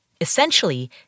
essentially